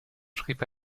schrieb